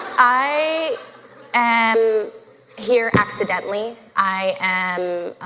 i am here accidentally. i am